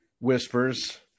whispers